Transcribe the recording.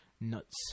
nuts